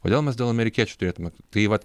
kodėl mes dėl amerikiečių turėtume tai vat